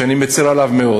שאני מצר עליו מאוד.